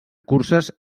curses